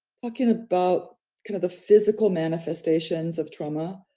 talking about kind of the physical manifestations of trauma,